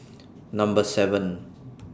Number seven